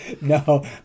No